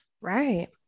Right